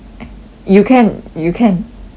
you can you can you you